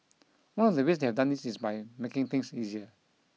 one of the ways they have done this is by making things easier